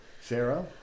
Sarah